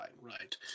right